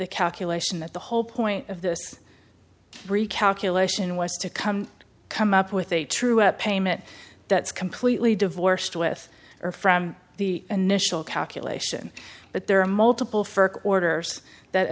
the calculation that the whole point of this recalculation was to come to come up with a true up payment that's completely divorced with or from the initial calculation but there are multiple further orders that